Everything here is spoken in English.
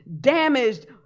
damaged